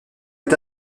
est